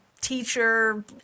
teacher